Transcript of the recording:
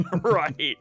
right